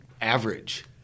average